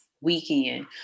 weekend